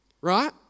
right